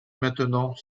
maintenant